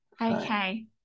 Okay